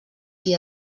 qui